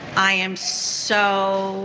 i am so,